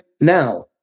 now